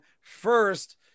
first